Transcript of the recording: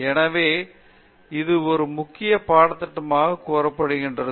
எனவே இது ஒரு முக்கிய பாடத்திட்டமாக கூறப்படுகிறது